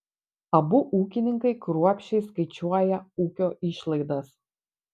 abu ūkininkai kruopščiai skaičiuoja ūkio išlaidas